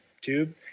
tube